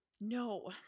no